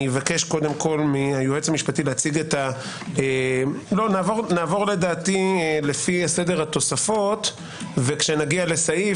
אבקש מהיועץ המשפטי להציג נעבור לדעתי לפי סדר התוספות וכשנגיע לסעיף,